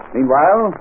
Meanwhile